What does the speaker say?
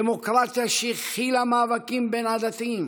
דמוקרטיה שהכילה מאבקים בין-עדתיים,